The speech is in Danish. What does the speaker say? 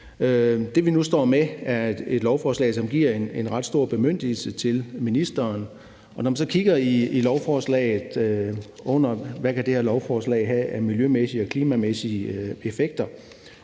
Det, vi nu står med, er et lovforslag, som giver en ret stor bemyndigelse til ministeren, og når man så kigger i lovforslaget under, hvad det her lovforslag kan have af miljømæssige og klimamæssige effekter,